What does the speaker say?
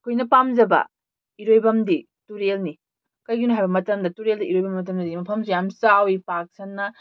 ꯑꯩꯈꯣꯏꯅ ꯄꯥꯝꯖꯕ ꯏꯔꯣꯏꯐꯝꯗꯤ ꯇꯨꯔꯦꯜꯅꯤ ꯀꯩꯒꯤꯅꯣ ꯍꯥꯏꯕ ꯃꯇꯝꯗ ꯇꯨꯔꯦꯜꯗ ꯏꯔꯣꯏꯕ ꯃꯇꯝꯗꯗꯤ ꯃꯐꯝꯁꯨ ꯌꯥꯝꯅ ꯆꯥꯎꯏ ꯄꯥꯛ ꯁꯟꯅ